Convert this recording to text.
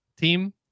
team